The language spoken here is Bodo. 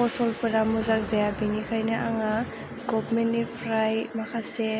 फसलफोरा मोजां जाया बेनिखायनो आङो गभर्नमेन्टनिफ्राय माखासे